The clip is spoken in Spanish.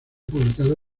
publicado